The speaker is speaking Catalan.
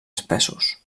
espessos